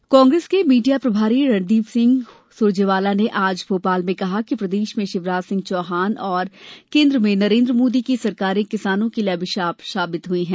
सुरजेवाला कांग्रेस के मीडिया प्रभारी रणदीप सिंह सुरजेवाला ने आज भोपाल में कहा कि प्रदेश में शिवराज सिंह और केन्द्र में नरेन्द्र मोदी की सरकारें किसानों के लिए अभिशाप साबित हुई हैं